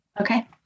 Okay